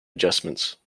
adjustments